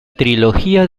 trilogía